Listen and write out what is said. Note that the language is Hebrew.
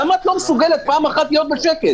למה את לא מסוגלת פעם אחת להיות בשקט?